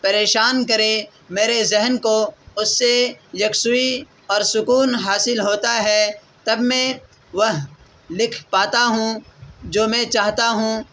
پریشان کرے میرے ذہن کو اس سے یکسوئی اور سکون حاصل ہوتا ہے تب میں وہ لکھ پاتا ہوں جو میں چاہتا ہوں